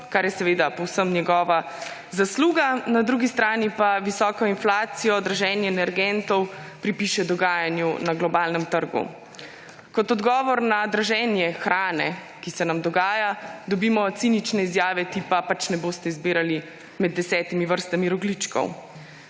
kar je seveda povsem njegova zasluga, na drugi strani pa visoko inflacijo, draženje energentov pripiše dogajanju na globalnem trgu. Kot odgovor na draženje hrane, ki se nam dogaja, dobimo cinične izjave tipa, pač ne boste izbirali med desetimi vrstami rogljičkov.